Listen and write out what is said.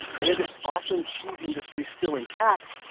they had this awesome cheese industry still intact,